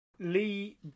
Lee